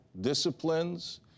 disciplines